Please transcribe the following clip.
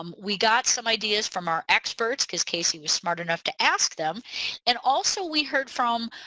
um we got some ideas from our experts because casey was smart enough to ask them and also we heard from